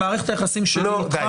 במערכת היחסים שלי אתך,